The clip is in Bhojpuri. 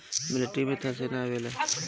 मिलिट्री में थल सेना आवेला